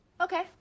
Okay